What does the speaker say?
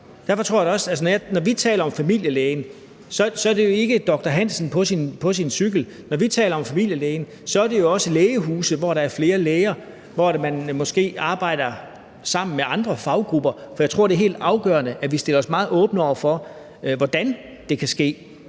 fællesskaber, og når vi taler om familielægen, er det jo ikke doktor Hansen på sin cykel. Når vi taler om familielægen, er det også lægehuse, hvor der er flere læger, og hvor man måske arbejder sammen med andre faggrupper Jeg tror, det er helt afgørende, at vi stiller os meget åbne over for, hvordan det kan ske.